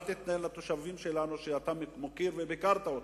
אל תיתן לתושבים שלנו, שאתה מוקיר, וביקרת אצלם,